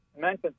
mention